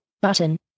Button